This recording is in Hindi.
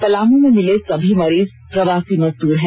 पलामू में मिले सभी मरीज प्रवासी मजदूर हैं